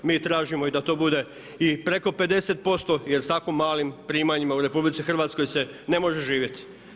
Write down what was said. Mi tražimo i da tu bude i preko 50%, jer s tako malim primanjima u RH se ne može živjeti.